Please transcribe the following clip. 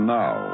now